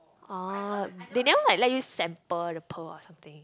orh they never like let you sample the pearl or something